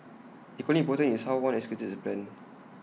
equally important is how one executes the plan